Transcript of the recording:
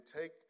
take